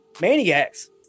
maniacs